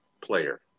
player